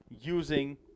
using